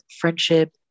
friendship